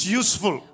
useful